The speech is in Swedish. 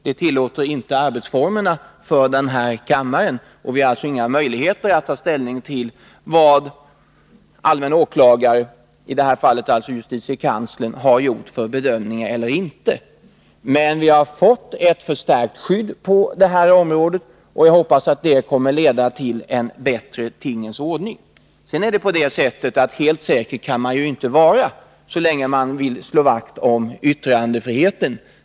Det tillåter inte arbetsformerna för den här kammaren, och vi har alltså inga möjligheter Nr 162 att ta ställning till vilken bedömning allmänna åklagaren, i det här fallet Onsdagen den justitiekanslern, har gjort eller inte gjort. Men vi har fått ett förstärkt skydd 2 juni 1982 på detta område, och jag hoppas att det kommer att leda till en bättre tingens ordning. Närradioverksam Men helt säker kan man naturligtvis inte vara så länge man vill slå vakt om het yttrandefriheten.